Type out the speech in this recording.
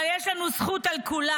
אבל יש לנו זכות לכולה"?